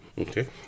Okay